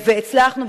והצלחנו,